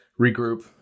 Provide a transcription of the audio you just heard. regroup